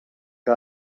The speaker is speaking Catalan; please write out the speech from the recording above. que